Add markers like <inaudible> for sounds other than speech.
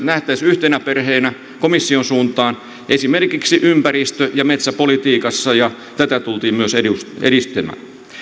<unintelligible> nähtäisiin yhtenä perheenä komission suuntaan esimerkiksi ympäristö ja metsäpolitiikassa ja tätä tultiin myös edistämään